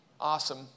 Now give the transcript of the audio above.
Awesome